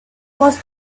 was